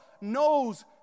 knows